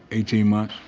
eighteen months,